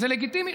זה לגיטימי,